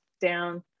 down